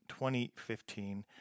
2015